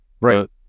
Right